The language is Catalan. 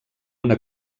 una